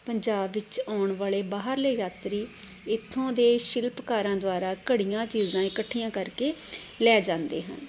ਪੰਜਾਬ ਵਿੱਚ ਆਉਣ ਵਾਲੇ ਬਾਹਰਲੇ ਯਾਤਰੀ ਇੱਥੋਂ ਦੇ ਸ਼ਿਲਪਕਾਰਾਂ ਦੁਆਰਾ ਘੜੀਆਂ ਚੀਜ਼ਾਂ ਇਕੱਠੀਆਂ ਕਰਕੇ ਲੈ ਜਾਂਦੇ ਹਨ